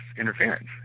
interference